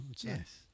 yes